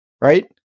right